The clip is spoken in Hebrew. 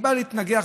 היא באה להתנגח,